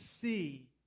see